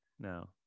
No